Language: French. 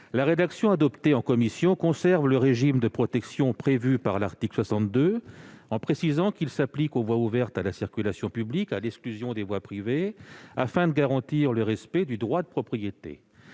La rédaction adoptée en commission conserve le régime de protection prévu par l'article 62 en précisant qu'il s'applique aux voies ouvertes à la circulation publique, à l'exclusion des voies privées, afin de garantir le respect du droit de propriété.